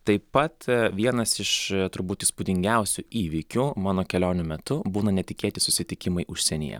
taip pat vienas iš turbūt įspūdingiausių įvykių mano kelionių metu būna netikėti susitikimai užsienyje